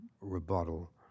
rebuttal